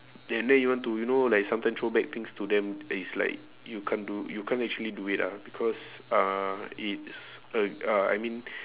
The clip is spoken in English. and then you want to you know like sometime throw back things to them it's like you can't do you can't actually do it lah because uh it's uh uh I mean